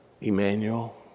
Emmanuel